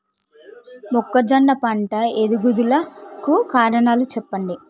మొక్కజొన్న పంట ఎదుగుదల కు కారణాలు చెప్పండి?